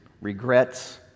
regrets